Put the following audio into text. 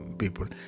people